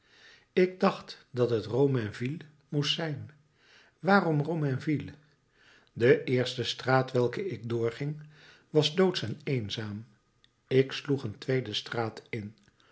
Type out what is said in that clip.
ik dacht dat het romainville moest zijn waarom romainville de eerste straat welke ik doorging was doodsch en eenzaam ik sloeg een tweede straat in